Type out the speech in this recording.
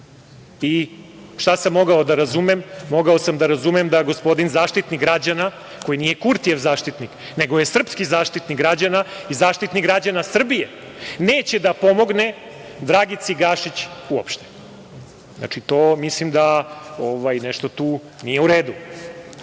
Šta sam mogao da razumem? Mogao sam da razumem da gospodin Zaštitnik građana koji nije Kurtijev zaštitnik, nego je srpski Zaštitnik građana i Zaštitnik građana Srbije, neće da pomogne Dragici Gašić uopšte. Mislim da tu nešto nije u redu,